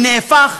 הוא נהפך